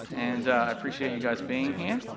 and i appreciate you guys being here.